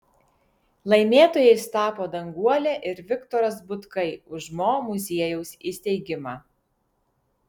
laimėtojais tapo danguolė ir viktoras butkai už mo muziejaus įsteigimą